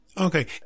Okay